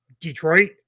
Detroit